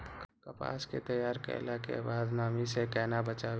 कपास के तैयार कैला कै बाद नमी से केना बचाबी?